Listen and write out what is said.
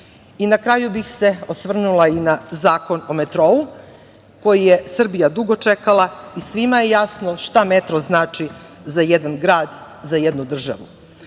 na kraju bih se osvrnula i na Zakon o metrou, koji je Srbija dugo čekala, i svima je jasno šta znači metro za jedan grad, za jednu državu,